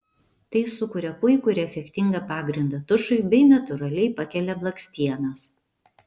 tai sukuria puikų ir efektingą pagrindą tušui bei natūraliai pakelia blakstienas